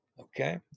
okay